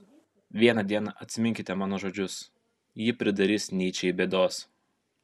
vieną dieną atminkite mano žodžius ji pridarys nyčei bėdos